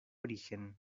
origen